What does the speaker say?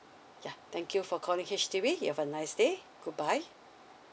yeah thank you for calling H_D_B you have a nice day good bye